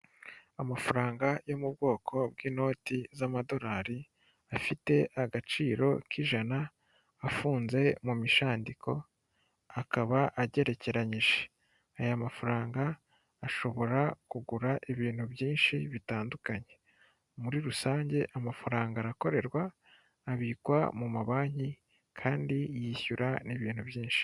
Amafaranga yo mu bwoko bw'inoti z'amadorari afite agaciro k'ijana, afunze mu mishandiko akaba agerekeranyije, aya mafaranga ashobora kugura ibintu byinshi bitandukanye, muri rusange amafaranga arakorerwa, abikwa mu mabanki kandi yishyura n'ibintu byinshi.